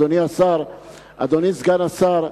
אדוני סגן השר,